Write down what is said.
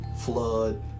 Flood